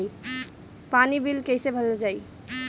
पानी बिल कइसे भरल जाई?